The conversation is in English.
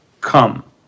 come